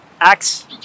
Acts